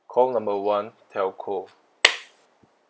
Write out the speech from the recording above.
call number one telco